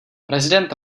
prezident